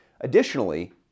Additionally